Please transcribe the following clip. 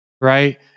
right